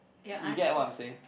you get what I'm saying